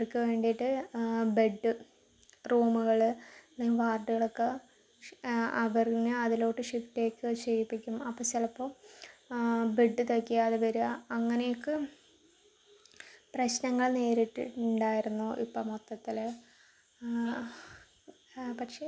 പിന്നെ ഈ പൂജ ചെയ്യുന്നതിൻ്റെയും അതുപോലെ തന്നെ പൂണൂല് കാര്യങ്ങളൊക്കെ ധരിക്കുന്നതിൻ്റെയും അതിൻ്റെ ആചാരങ്ങളും കാര്യങ്ങളും പിന്നെ ക്ഷേത്രത്തിൽ പൂജ ചെയ്യുന്നതിൻ്റെയും അതുമിതുവൊക്കെ ആയിട്ട് ഓരോന്നിനും ഓരോരോ ആയ ആചാരങ്ങളും കാര്യങ്ങളും അതുപോലെ തന്നെ ഓരോന്നിനും ഓരോരോ ആവശ്യങ്ങൾക്കുമായിയിട്ടുള്ള നോയമ്പുകള് കാര്യങ്ങള് അതിന് വേണ്ടിയിട്ടുള്ള